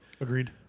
Agreed